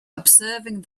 observing